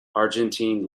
argentine